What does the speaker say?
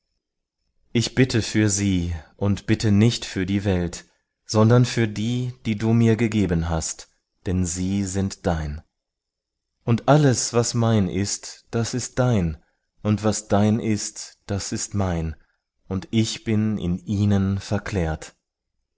ich bitte für sie und bitte nicht für die welt sondern für die die du mir gegeben hast denn sie sind dein und alles was mein ist das ist dein und was dein ist das ist mein und ich bin in ihnen verklärt